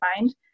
mind